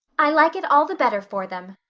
i like it all the better for them,